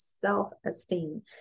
self-esteem